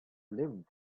limb